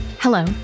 Hello